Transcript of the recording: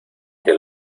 que